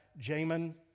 Jamin